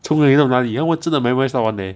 从哪里到哪里他们真的 memorise 到完 leh